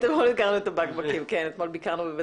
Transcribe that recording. אתמול הכרנו את הבקבקים,